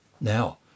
now